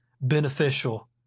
beneficial